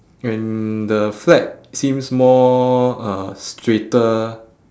and the flag seems more uh straighter